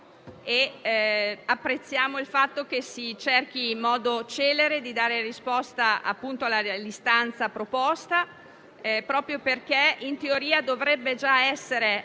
apprezzando il fatto che si cerchi in modo celere di dare risposta all'istanza proposta, proprio perché in teoria dovrebbe già essere attuata.